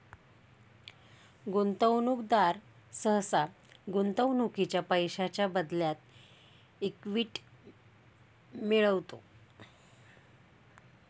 गुंतवणूकदार सहसा गुंतवणुकीच्या पैशांच्या बदल्यात इक्विटी मिळवतो